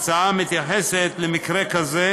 מתייחסת למקרה כזה,